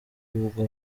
ubwo